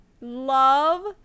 love